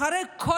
אחרי כל